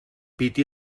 piti